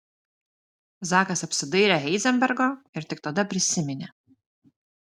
zakas apsidairė heizenbergo ir tik tada prisiminė